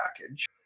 package